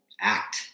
act